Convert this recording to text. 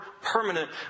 permanent